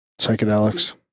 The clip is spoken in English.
psychedelics